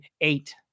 eight